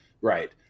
right